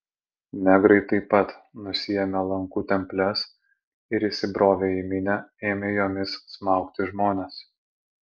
negrai taip pat nusiėmė lankų temples ir įsibrovę į minią ėmė jomis smaugti žmones